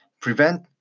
prevent